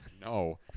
No